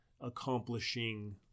accomplishing